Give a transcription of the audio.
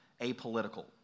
apolitical